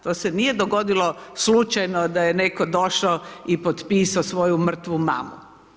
To se nije dogodilo slučajno, da je netko došao i potpisao svoju mrtvu mamu.